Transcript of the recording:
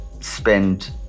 spend